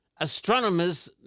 Astronomers